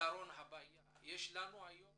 יש לנו היום